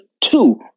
two